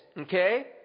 Okay